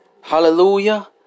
Hallelujah